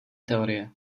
teorie